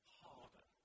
harder